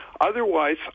Otherwise